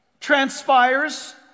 transpires